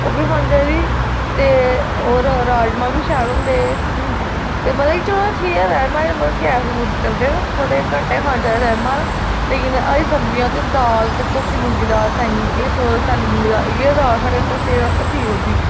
ओह् बी खानी चाहिदी ते होर राजमां बी शैल होंदे ते चलो ठीक ऐ राजमाहें ने गैस गूस करदे न थोह्ड़े घट्ट गै खाने चाहिदे न लेकिन हरी सब्जियां ते दाल धोत्ती मुंगी दाल ओह् सैल्ली मुंगी इयै साढ़ी सेह्त आस्तै ठीक रौंह्दी